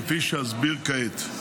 כפי שאסביר כעת.